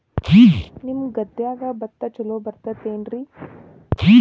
ನಿಮ್ಮ ಗದ್ಯಾಗ ಭತ್ತ ಛಲೋ ಬರ್ತೇತೇನ್ರಿ?